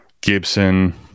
Gibson